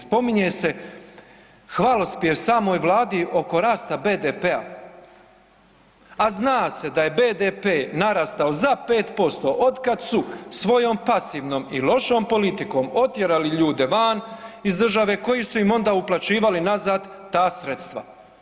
Spominje se hvalospjev samoj Vladi oko rasta BDP-a, a zna se da je BDP narastao za 5% od kad su svojom pasivnom i lošom politikom otjerali ljude van iz države koji su im onda uplaćivali nazad ta sredstva.